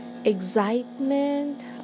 Excitement